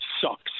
sucks